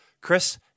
Chris